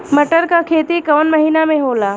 मटर क खेती कवन महिना मे होला?